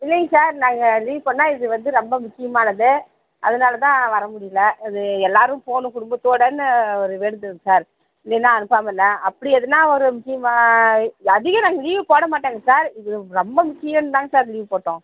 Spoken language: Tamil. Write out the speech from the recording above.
இல்லைங்க சார் நாங்கள் லீவ் சொன்னால் இது வந்து ரொம்ப முக்கியமானது அதனால் தான் வர முடியல இது எல்லாேரும் போகணும் குடும்பத்தோடன்னு ஒரு வேண்டுதல் சார் இல்லைனா அனுப்பாமல் இல்லை அப்படி எதுனால் ஒரு முக்கியமானது அதிகம் நாங்கள் லீவ் போட மாட்டாங்க சார் இது ரொம்ப முக்கியம் தாங்க சார் லீவ் போட்டோம்